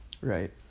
right